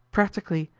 practically,